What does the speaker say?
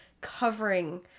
covering